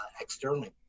externally